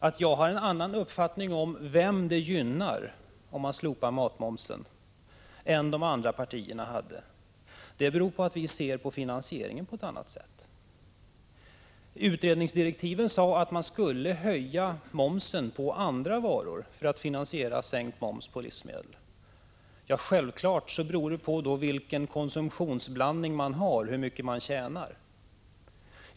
Att jag har en annan uppfattning än de andra partierna om vem det gynnar om man slopar matmomsen beror på att vi ser på finansieringen på ett annat sätt. Utredningsdirektiven sade att man skulle höja momsen på andra varor för att finansiera sänkt moms på livsmedel. Hur mycket man tjänar på sänkt matmoms beror då självfallet på vilken konsumtionsblandning man har.